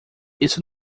isso